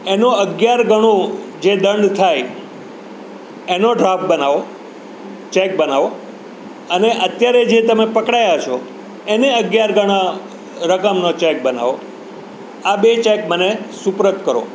એનો અગિયાર ગણો જે દંડ થાય એનો ડ્રાફ્ટ બનાવો ચેક બનાવો અને અત્યારે જે તમે પકડાયા છો એને અગિયાર ગણા રકમનો ચેક બનાવો આ બેય ચેક મને સુપરત કરો